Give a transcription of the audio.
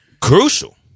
Crucial